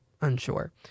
unsure